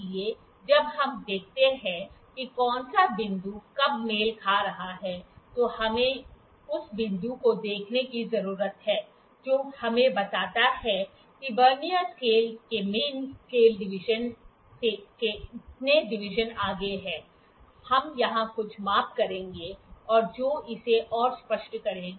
इसलिए जब हम देखते हैं कि कौन सा बिंदु कब मेल खा रहा है तो हमें उस बिंदु को देखने की जरूरत है जो हमें बताता है कि वर्नियर स्केल के मेन स्केल डिवीजन से कितने डिवीजन आगे हैं हम यहां कुछ माप करेंगे और जो इसे और स्पष्ट करेगा